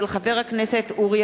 מאת חברת הכנסת מרינה